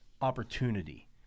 opportunity